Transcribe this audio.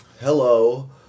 Hello